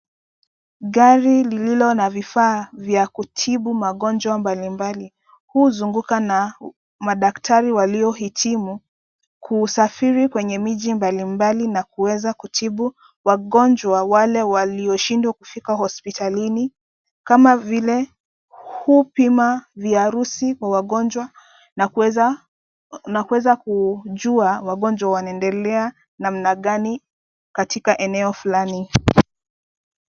Gari lililo na vifaa vya kutibu magonjwa mbalimbali, huzunguka na madaktari waliohitimu, kuusafiri kwenye miji mbalimbali na kuweza kutibu wagonjwa wale walioshindwa kufika hospitalini kama vile hupima viharusi kwa wagonjwa na kuweza na kuweza kujua wagonjwa wanaendelea namna gani katika eneo fulani.